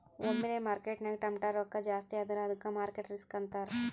ಒಮ್ಮಿಲೆ ಮಾರ್ಕೆಟ್ನಾಗ್ ಟಮಾಟ್ಯ ರೊಕ್ಕಾ ಜಾಸ್ತಿ ಆದುರ ಅದ್ದುಕ ಮಾರ್ಕೆಟ್ ರಿಸ್ಕ್ ಅಂತಾರ್